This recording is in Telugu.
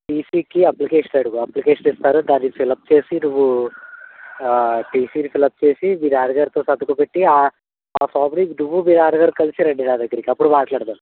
టీసీకి అప్లికేషన్ అడుగు అప్లికేషన్ ఇస్తారు దాన్ని ఫిల్అప్ చేసి నువ్వు టీసీని ఫిల్అప్ చేసి మీ నాన్నగారితో సంతకం పెట్టి ఆ ఫార్మ్ని నువ్వు మీ నాన్నగారు కలిసి రండి నా దగ్గరకి అప్పుడు మాట్లాడదాం